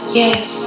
yes